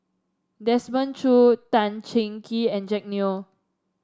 Desmond Choo Tan Cheng Kee and Jack Neo